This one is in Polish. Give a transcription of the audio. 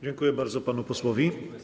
Dziękuję bardzo panu posłowi.